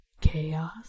Chaos